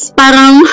parang